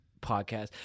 podcast